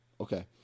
Okay